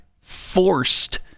forced